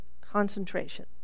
concentration